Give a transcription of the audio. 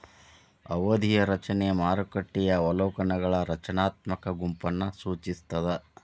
ಅವಧಿಯ ರಚನೆ ಮಾರುಕಟ್ಟೆಯ ಅವಲೋಕನಗಳ ರಚನಾತ್ಮಕ ಗುಂಪನ್ನ ಸೂಚಿಸ್ತಾದ